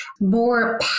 more